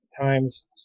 times